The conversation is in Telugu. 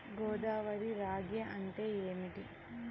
గోదావరి రాగి అంటే ఏమిటి?